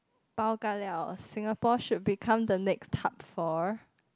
Singapore should become the next hub for